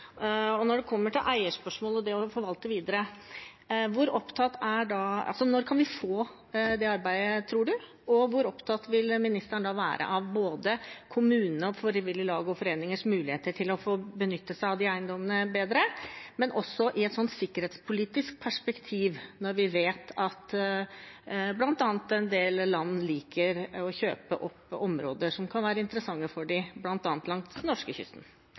Når det gjelder eierspørsmålet, det å forvalte videre: Når tror du vi kan få det arbeidet, og hvor opptatt vil ministeren være av både kommuners og frivillige lag og foreningers muligheter til bedre å få benytte seg av de eiendommene – og også i et sikkerhetspolitisk perspektiv? Vi vet at en del land liker å kjøpe opp områder som kan være interessante for dem, bl.a. langs